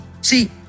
See